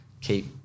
keep